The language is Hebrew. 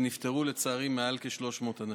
ונפטרו לצערי מעל 300 אנשים.